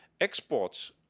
Exports